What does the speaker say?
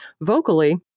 vocally